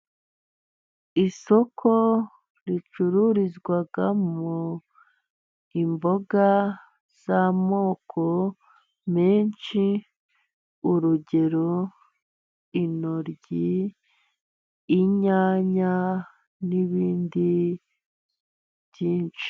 Isoko ricururizwamo imboga z'amoko menshi, urugero intoryi, inyanya, n'ibindi byinshi.